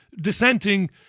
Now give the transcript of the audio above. dissenting